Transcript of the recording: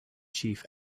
chief